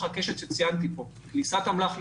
כל הקשת שציינתי פה: כניסת אמל"ח לישראל,